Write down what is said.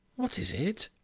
what is it?